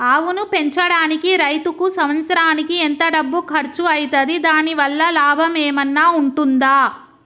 ఆవును పెంచడానికి రైతుకు సంవత్సరానికి ఎంత డబ్బు ఖర్చు అయితది? దాని వల్ల లాభం ఏమన్నా ఉంటుందా?